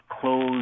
close